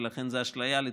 ולכן זו אשליה לצפות.